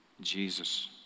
Jesus